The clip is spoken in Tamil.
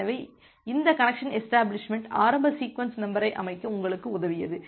எனவே இந்த கனெக்சன் எஷ்டபிளிஷ்மெண்ட் ஆரம்ப சீக்வென்ஸ் நம்பரை அமைக்க உங்களுக்கு உதவியது